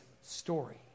story